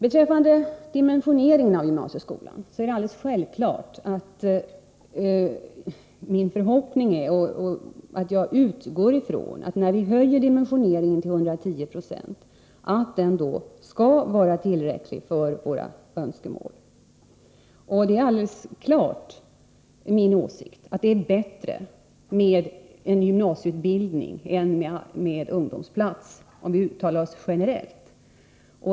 Beträffande dimensioneringen av gymnasieskolan är det alldeles självklart att min förhoppning är, och att jag utgår från, att dimensioneringen skall vara tillräcklig när vi har höjt den till 110 26. Det är alldeles klart min åsikt att det är bättre med en gymnasieutbildning än med ungdomsplats — om vi uttalar oss generellt.